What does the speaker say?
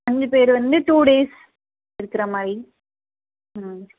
அஞ்சு பேர் வந்து டூ டேஸ் இருக்கிற மாதிரி ம்